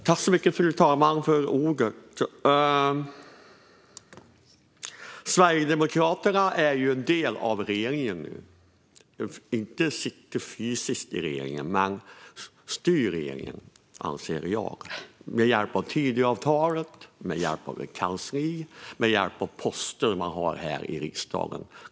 Fru talman! Sverigedemokraterna är ju en del av regeringen nu. De sitter inte fysiskt i regeringen, men de styr regeringen, anser jag - med hjälp av Tidöavtalet, ett kansli och ledande poster man har här i riksdagen.